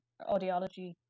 audiology